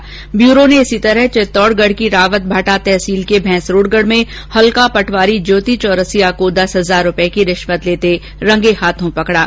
इसी तरह ब्यूरो ने चित्तोड़गढ की रावतभाटा तहसील के मैसरोगढ में हल्का पटवारी ज्योति चौरसिया को दस हजार रूपए की रिश्वत लेते रंगे हाथों पकड़ा